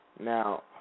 Now